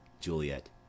Juliet